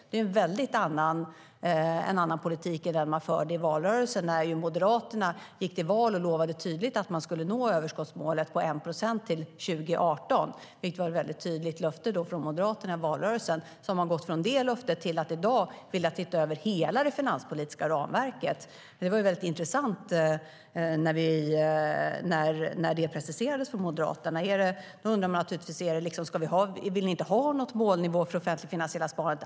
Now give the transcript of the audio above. Det är en helt annan politik än den man förde i valrörelsen, när Moderaterna gick till val och lovade tydligt att man skulle nå överskottsmålet på 1 procent till 2018. Det var ett väldigt tydligt löfte från Moderaterna i valrörelsen. Man har gått från det löftet till att i dag vilja se över hela det finanspolitiska ramverket. Det var intressant när det preciserades från Moderaternas sida. Man undrar naturligtvis: Vill ni inte längre ha någon målnivå alls för det offentligfinansiella sparandet?